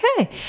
Okay